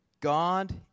God